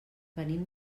venim